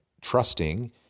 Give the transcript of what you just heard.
trusting